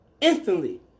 instantly